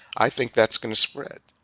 i think that's going to spread.